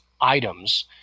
items